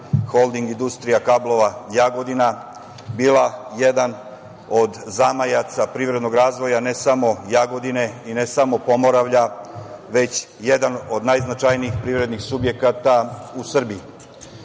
Holding industrija kablova - Jagodina bila jedan od zamajaca privrednog razvoja ne samo Jagodine i ne samo Pomoravlja, već jedan od najznačajnijih privrednih subjekata u Srbiji. Krajem